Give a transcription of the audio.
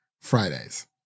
Fridays